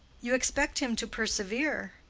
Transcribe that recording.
you expect him to persevere?